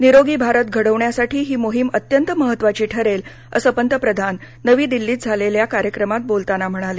निरोगी भारत घडवण्यासाठी ही मोहीम अत्यंत महत्त्वाची ठरेल असं पंतप्रधान नवी दिल्लीत झालेल्या या कार्यक्रमात बोलताना म्हणाले